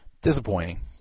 disappointing